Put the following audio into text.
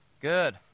good